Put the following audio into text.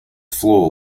floor